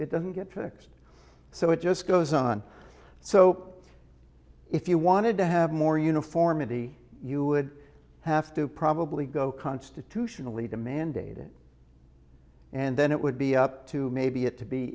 it doesn't get fixed so it just goes on so if you wanted to have more uniformity you would have to probably go constitutionally to mandate it and then it would be up to maybe it to be